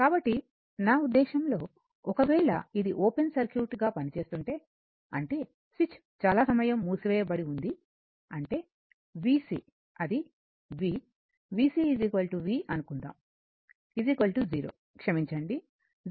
కాబట్టి నా ఉద్దేశ్యం లో ఒకవేళ ఇది ఓపెన్ సర్క్యూట్గా పనిచేస్తుంటే అంటే స్విచ్ చాలా సమయం మూసి వేయబడి ఉంది అంటే vc అది v vc v అనుకుందాం 0 క్షమించండి 0 100 వోల్ట్